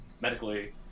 medically